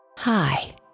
Hi